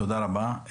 תודה רבה.